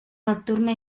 nocturna